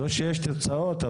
לא שיש תוצאות.